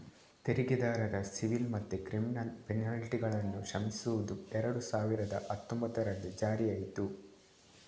ತೆರಿಗೆದಾರರ ಸಿವಿಲ್ ಮತ್ತೆ ಕ್ರಿಮಿನಲ್ ಪೆನಲ್ಟಿಗಳನ್ನ ಕ್ಷಮಿಸುದು ಎರಡು ಸಾವಿರದ ಹತ್ತೊಂಭತ್ತರಲ್ಲಿ ಜಾರಿಯಾಯ್ತು